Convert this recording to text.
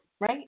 right